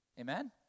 Amen